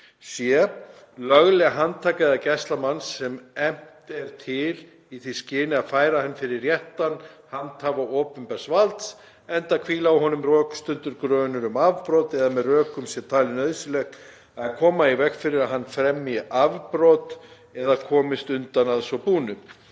c. lögleg handtaka eða gæsla manns sem efnt er til í því skyni að færa hann fyrir réttan handhafa opinbers valds, enda hvíli á honum rökstuddur grunur um afbrot eða með rökum sé talið nauðsynlegt að koma í veg fyrir að hann fremji afbrot eða komist undan að svo búnu;